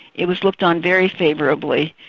it was looked on very favourably.